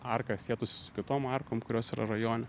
arka sietųsi su kitom arkom kurios yra rajone